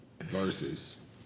versus